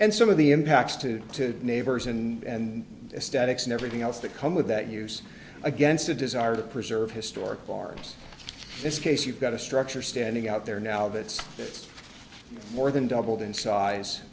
and some of the impacts to neighbors and statics and everything else to come with that use against a desire to preserve historic bars this case you've got a structure standing out there now that it's more than doubled in size